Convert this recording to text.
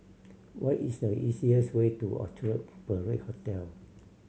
what is the easiest way to Orchard Parade Hotel